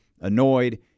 annoyed